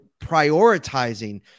prioritizing